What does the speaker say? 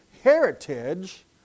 heritage